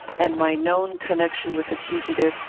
and my known connection with the fugitive,